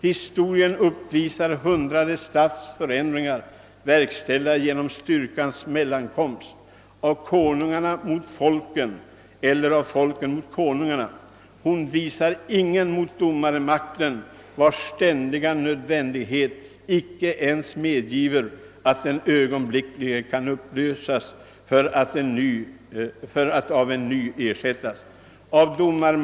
Historien uppvisar hundrade Stats-förändringar, verkställda genom styrkans mellankomst, ——— af Konungarne mot Folken, eller af Folken mot Konungarne; hon visar ingen mot Domare-magten, hvars ständiga nödvändighet icke ens medgifver att den ögonblickligen kan upplösas, för att af en ny ersättas.